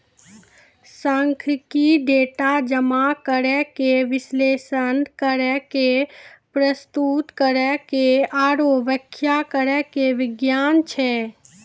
सांख्यिकी, डेटा जमा करै के, विश्लेषण करै के, प्रस्तुत करै के आरु व्याख्या करै के विज्ञान छै